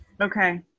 Okay